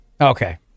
Okay